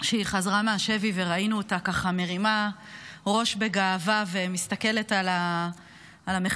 כשהיא חזרה מהשבי וראינו אותה מרימה ראש בגאווה ומסתכלת על המחבלים